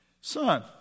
Son